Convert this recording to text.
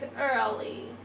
early